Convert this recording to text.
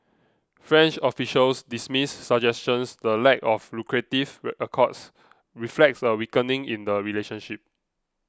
French officials dismiss suggestions the lack of lucrative accords reflects a weakening in the relationship